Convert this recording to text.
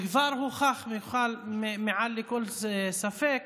כבר הוכח מעל לכל ספק,